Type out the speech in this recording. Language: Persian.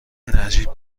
نجیب